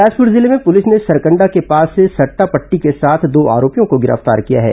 बिलासपुर जिले में पुलिस ने सरकंडा के पास से सद्टा पट्टी के साथ दो आरोपियों को गिरफ्तार किया है